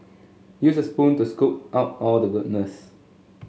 use a spoon to scoop out all the goodness